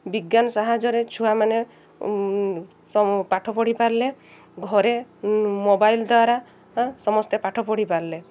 ବିଜ୍ଞାନ ସାହାଯ୍ୟରେ ଛୁଆମାନେ ପାଠ ପଢ଼ି ପାରିଲେ ଘରେ ମୋବାଇଲ୍ ଦ୍ୱାରା ସମସ୍ତେ ପାଠ ପଢ଼ି ପାରିଲେ